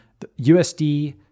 USD